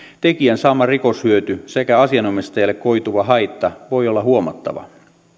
tekijän saama rikoshyöty sekä asianomistajalle koituva haitta voi olla huomattava